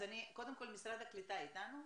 משרד הקליטה איתנו?